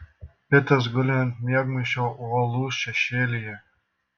pitas guli ant miegmaišio uolų šešėlyje